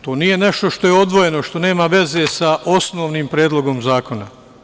To nije nešto što je odvojeno, što nema veze sa osnovnim Predlogom zakona.